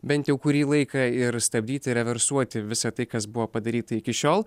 bent jau kurį laiką ir stabdyti reversuoti visą tai kas buvo padaryta iki šiol